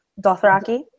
Dothraki